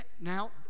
Now